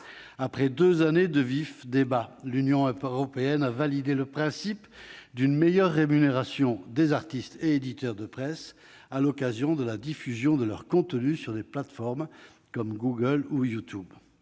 Après deux années de vifs débats, l'Union européenne a validé le principe d'une meilleure rémunération des artistes et éditeurs de presse à l'occasion de la diffusion de leurs contenus sur des plateformes comme Google ou YouTube.